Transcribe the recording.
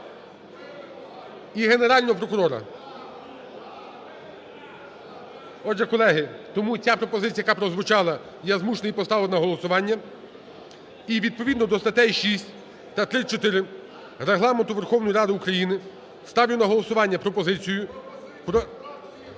І Генерального прокурора. Отже, колеги, тому ця пропозиція, яка прозвучала, я змушений її поставити на голосування. І відповідно до статей 6 та 34 Регламенту Верховної Ради України ставлю на голосування пропозицію про